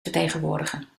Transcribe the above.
vertegenwoordiger